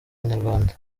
banyarwanda